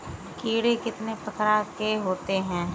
कीड़े कितने प्रकार के होते हैं?